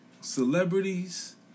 celebrities